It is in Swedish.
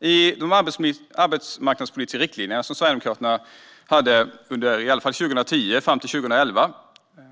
I de arbetsmarknadspolitiska riktlinjer som Sverigedemokraterna hade under, åtminstone, 2010 och fram till 2011